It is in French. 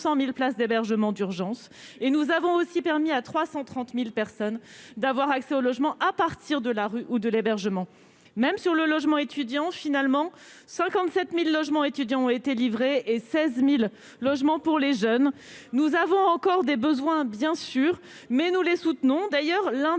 200000 places d'hébergement d'urgence et nous avons aussi permis à 330000 personnes d'avoir accès au logement, à partir de la rue ou de l'hébergement, même sur le logement étudiant finalement 57000 logements étudiants ont été livrés et 16000 logements pour les jeunes nous avons encore des besoins, bien sûr, mais nous les soutenons,